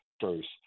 first